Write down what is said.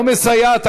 היא לא מסייעת,